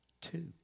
two